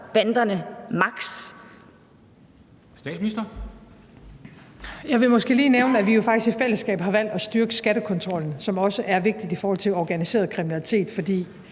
Frederiksen): Jeg vil måske lige nævne, at vi faktisk i fællesskab har valgt at styrke skattekontrollen, hvilket også er vigtigt i forhold til organiseret kriminalitet. For